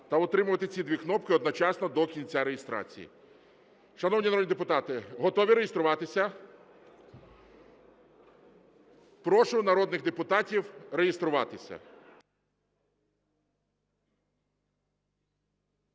та утримувати ці дві кнопки одночасно до кінця реєстрації. Шановні народні депутати, готові реєструватися? Прошу народних депутатів реєструватися.